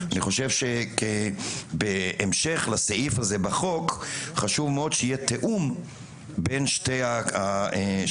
אני חושב שבהמשך לסעיף הזה בחוק חשוב מאוד שיהיה תיאום בין שני המוסדות,